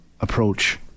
approach